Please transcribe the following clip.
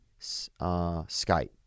Skype